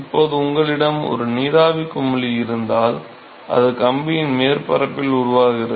இப்போது உங்களிடம் ஒரு நீராவி குமிழி இருந்தால் அது கம்பியின் மேற்பரப்பில் உருவாகிறது